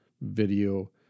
video